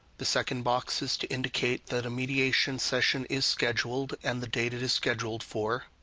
the second box is to indicate that a mediation session is scheduled and the date it is scheduled for,